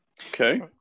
Okay